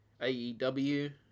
AEW